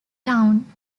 town